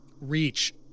reach